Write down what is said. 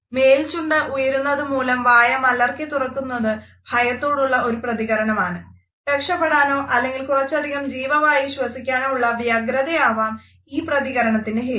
മേൽചുണ്ട് ഉയരുന്നതുമൂലം വായ മലർക്കെ തുറക്കുന്നത് ഭയത്തോടുള്ള ഒരു പ്രതികരണമാണ് രക്ഷപെടാനോ അല്ലെങ്കിൽ കുറച്ചധികം ജീവവായു ശ്വസിക്കാനോ ഉള്ള വ്യഗ്രതയാകാം ഈ പ്രതികരണത്തിന്റെ ഹേതു